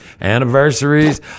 anniversaries